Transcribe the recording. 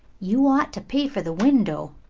you ought to pay for the window,